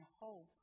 hope